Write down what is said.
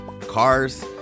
cars